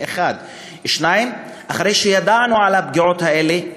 2. אחרי שידענו על הפגיעות האלה,